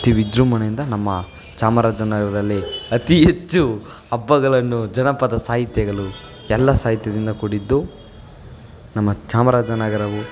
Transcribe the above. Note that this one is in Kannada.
ಅತಿ ವಿಜೃಂಭಣೆಯಿಂದ ನಮ್ಮ ಚಾಮರಾಜನಗರದಲ್ಲಿ ಅತಿ ಹೆಚ್ಚು ಹಬ್ಬಗಳನ್ನು ಜನಪದ ಸಾಹಿತ್ಯಗಳು ಎಲ್ಲ ಸಾಹಿತ್ಯದಿಂದ ಕೂಡಿದ್ದು ನಮ್ಮ ಚಾಮರಾಜನಗರವು